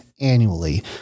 annually